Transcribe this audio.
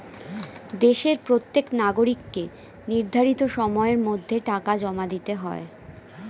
দেশের প্রত্যেক নাগরিককে নির্ধারিত সময়ের মধ্যে টাকা জমা দিতে হয়